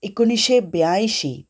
एकोणीशें ब्यांयशीं